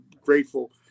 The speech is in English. grateful